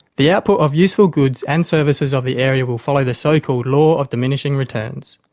the output of useful goods and services of the area will follow the so called law of diminishing returns.